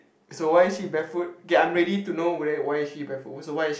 so why is she barefoot k I'm ready to know why is she barefoot so why is she